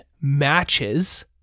matches